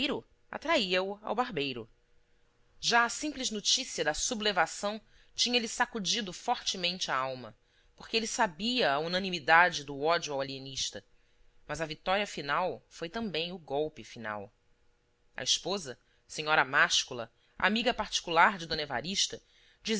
ao barbeiro já a simples noticia da sublevação tinha-lhe sacudido fortemente a alma porque ele sabia a unanimidade do ódio ao alienista mas a vitória final foi também o golpe final a esposa senhora máscula amiga particular de d evarista